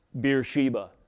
Beersheba